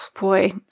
boy